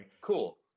Cool